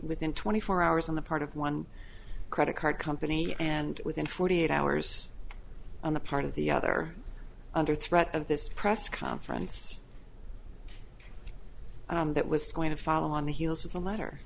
within twenty four hours on the part of one credit card company and within forty eight hours on the part of the other under threat of this press conference that was going to follow on the heels of the letter